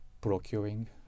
procuring